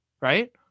right